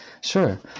Sure